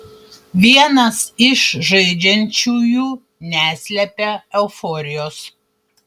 vienas iš žaidžiančiųjų neslepia euforijos